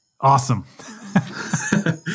Awesome